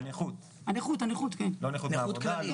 הנכות, לא נכות מעבודה.